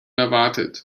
erwartet